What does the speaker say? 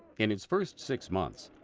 in his first six months,